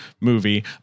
movie